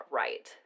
right